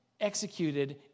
executed